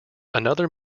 another